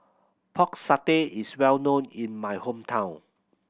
Pork Satay is well known in my hometown